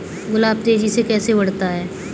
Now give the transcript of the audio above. गुलाब तेजी से कैसे बढ़ता है?